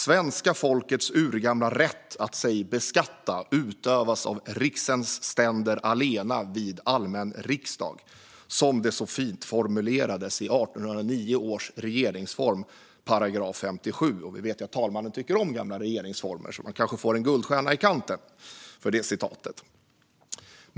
"Svenska folkets urgamla rätt att sig beskatta utövas av riksens ständer allena vid allmän riksdag", som det så fint formulerades i 1809 års regeringsform 57 §. Vi vet ju att talmannen tycker om gamla regeringsformer, så man kanske får en guldstjärna i kanten för det citatet.